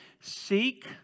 seek